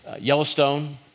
Yellowstone